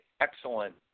excellent